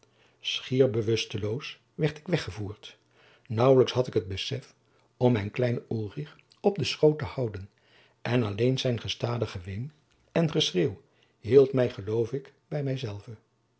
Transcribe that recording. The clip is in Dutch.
schier bewusteloos werd ik weggevoerd naauwlijks had ik het besef om mijn kleinen ulrich op den schoot te houden en alleen zijn gestadig geween en geschreeuw hield mij geloof ik bij